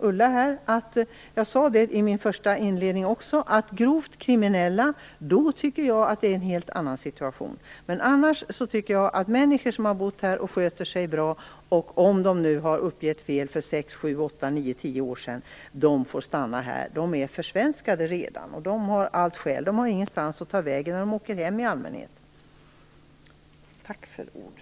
Ulla Hoffmann om att när det gäller grovt kriminella är det en helt annan situation. Det sade jag också i min inledning. Annars tycker jag att människor som har bott här och sköter sig bra skall få stanna här, även om de givit felaktiga uppgifter för sex, sju, åtta, nio eller tio år sedan. De är redan försvenskade, och de har i allmänhet ingenstans att ta vägen när de åker hem. Tack för ordet.